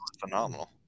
phenomenal